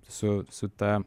su su ta